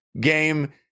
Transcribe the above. game